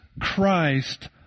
Christ